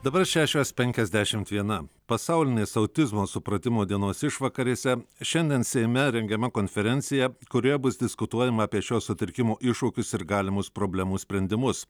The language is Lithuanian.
dabar šešios penkiasdešimt viena pasaulinės autizmo supratimo dienos išvakarėse šiandien seime rengiama konferencija kurioje bus diskutuojama apie šio sutrikimo iššūkius ir galimus problemų sprendimus